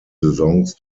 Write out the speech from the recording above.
saisons